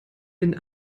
den